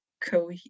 co